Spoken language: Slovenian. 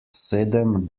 sedem